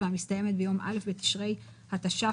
והמסתיימת ביום א' בתשרי התש"ף,